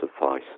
suffice